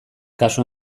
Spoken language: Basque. kasu